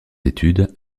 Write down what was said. études